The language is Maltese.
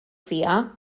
fiha